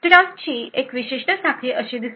ट्रस्टची एक विशिष्ट साखळी अशी दिसते